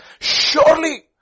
Surely